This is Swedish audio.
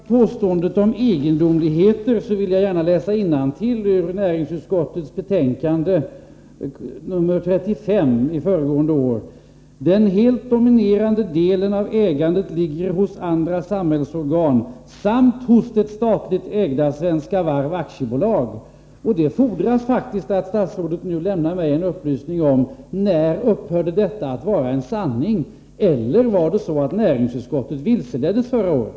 Herr talman! Inför påståendet om egendomligheter vill jag gärna läsa innantill ur näringsutskottets betänkande 35 från föregående år: ”Den helt dominerande delen av ägandet ligger dock hos andra samhällsorgan samt hos det statligt ägda Svenska Varv AB.” Det fordras faktiskt att statsrådet nu lämnar mig en upplysning om när detta upphörde att vara en sanning. Eller var det så att näringsutskottet vilseleddes förra året?